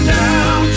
down